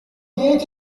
گیت